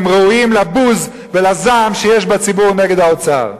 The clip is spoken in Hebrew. הם ראויים לבוז ולזעם שיש בציבור נגד האוצר.